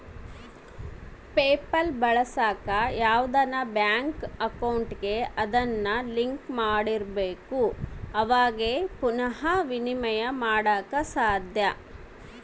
PayPal ಬಳಸಾಕ ಯಾವ್ದನ bank ಅಕೌಂಟಿಗೆ ಅದುನ್ನ ಲಿಂಕ್ ಮಾಡಿರ್ಬಕು ಅವಾಗೆ ಃನ ವಿನಿಮಯ ಮಾಡಾಕ ಸಾದ್ಯ